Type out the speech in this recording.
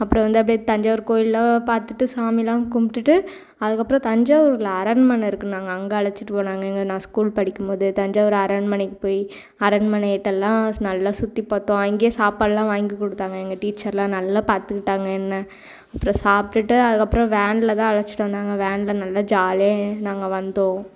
அப்புறம் வந்து அப்படியே தஞ்சாவூர் கோயில் எல்லாம் பார்த்துட்டு சாமி எல்லாம் கும்பிடுட்டு அதுக்கப்புறம் தஞ்சாவூரில் அரண்மனை இருக்குன்னாங்க அங்கே அழச்சிட்டு போனாங்க எங்கள் நான் ஸ்கூல் படிக்கும் போது தஞ்சாவூர் அரண்மனைக்கு போய் அரண்மனைகிட்டலாம் நல்லா சுற்றி பார்த்தோம் அங்கேயே சாப்பாடு எல்லாம் வாங்கி கொடுத்தாங்க எங்கள் டீச்சர் எல்லாம் நல்லா பார்த்துக்கிட்டாங்க என்னை அப்புறம் சாப்பிடுட்டு அதுக்கப்புறம் வேனில் தான் அழச்சிட்டு வந்தாங்க வேனில் நல்லா ஜாலியாக நாங்கள் வந்தோம்